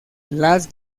las